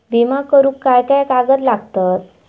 विमा करुक काय काय कागद लागतत?